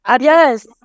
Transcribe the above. Yes